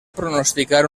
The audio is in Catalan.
pronosticar